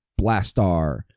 Blastar